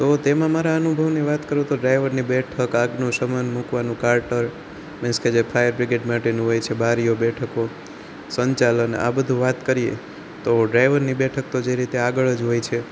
તો તેમાં મારા અનુભવની વાત કરું તો ડ્રાઇવરની બેઠક આગનું શમન મૂકવાનું કાર્ટર મિસ કે જે ફાયર બ્રિગેડ માટેનું હોય છે બારીઓ બેઠકો સંચાલન આ બધું વાત કરીએ તો ડ્રાઇવરની બેઠક તો જે રીતે આગળ જ હોય છે